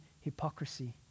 hypocrisy